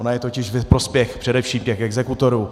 Ona je totiž ve prospěch především těch exekutorů.